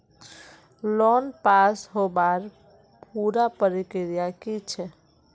Loan पास होबार पुरा प्रक्रिया की छे?